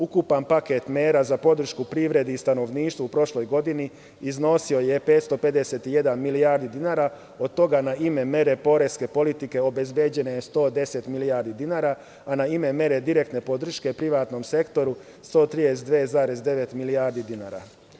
Ukupan paket mera za podršku privredi i stanovništvu u prošloj godini iznosio je 551 milijardu dinara, od toga na ime mera poreske politike obezbeđeno je 110 milijardi dinara, a na ime mera direktne podrške privatnom sektoru 132,9 milijarde dinara.